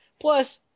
plus